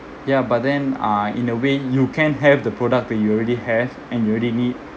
ya but then uh in a way you can have the product that you already have and you already need